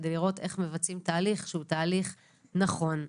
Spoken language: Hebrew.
כדי לראות איך מבצעים תהליך שהוא תהליך נכון ומסודר,